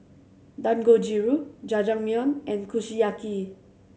Dangojiru Jajangmyeon and Kushiyaki